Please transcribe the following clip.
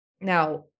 now